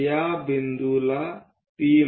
तर या बिंदूला P